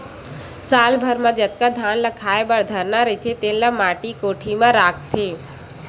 साल भर म जतका धान ल खाए बर धरना रहिथे तेन ल माटी कोठी म राखथे